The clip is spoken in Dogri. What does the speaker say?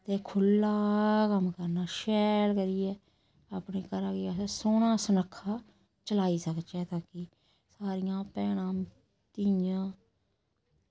ते खुल्ला कम्म करना शैल करियै अपने घरा गी असें सोह्ना सनक्खा चलाई सकचै ताकि सारियां भैनां धियां